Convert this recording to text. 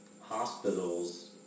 hospitals